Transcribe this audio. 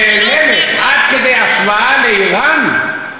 נעלמת עד כדי השוואה לאיראן?